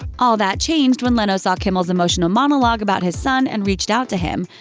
all that changed when leno saw kimmel's emotional monologue about his son and reached out to him.